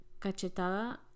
cachetada